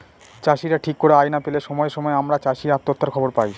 চাষীরা ঠিক করে আয় না পেলে সময়ে সময়ে আমরা চাষী আত্মহত্যার খবর পায়